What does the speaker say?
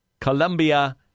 Colombia